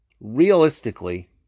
realistically